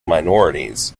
minorities